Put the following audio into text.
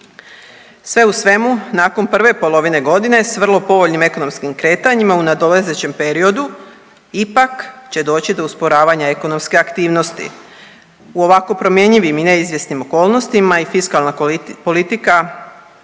Sve u svemu, nakon prve polovine godine, s vrlo povoljnim ekonomskim kretanjima u nadolazećem periodu ipak će doći do usporavanja ekonomske aktivnosti. U ovako promjenjivim i neizvjesnim okolnostima i fiskalna politika